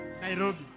Nairobi